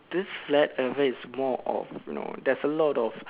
this flat earther is more of you know there's a lot of